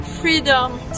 Freedom